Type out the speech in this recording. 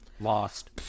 lost